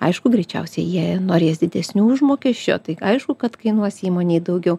aišku greičiausiai jie norės didesnio užmokesčio tai aišku kad kainuos įmonei daugiau